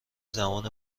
زمان